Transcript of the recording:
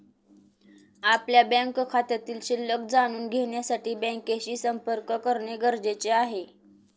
आपल्या बँक खात्यातील शिल्लक जाणून घेण्यासाठी बँकेशी संपर्क करणे गरजेचे आहे